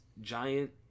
giant